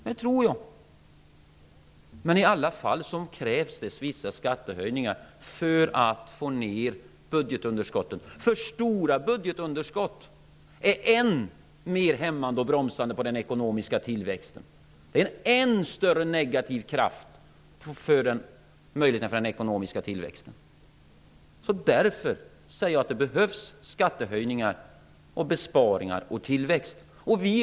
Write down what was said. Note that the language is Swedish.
Det tror jag, men i alla fall krävs det vissa skattehöjningar för att få ner budgetunderskottet. Stora budgetunderskott är än mer hämmande och bromsande på den ekonomiska tillväxten, en än större negativ kraft för möjligheten att åstadkomma ekonomisk tillväxt. Därför säger jag att det behövs skattehöjningar och besparingar och tillväxt.